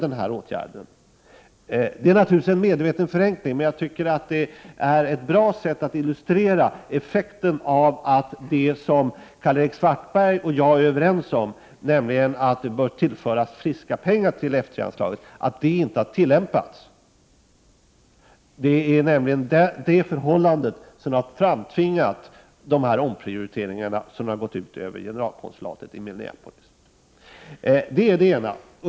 Nu gör jag medvetet en förenkling, men jag tycker att det är ett bra sätt att illustrera effekten av att det som Karl-Erik Svartberg och jag är överens om, nämligen att anslaget F 3 bör tillföras friska pengar, inte har tillämpats. Det är det förhållandet som har framtvingat omprioriteringarna som har gått ut över generalkonsulatet i Minneapolis. Det är det ena.